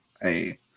hey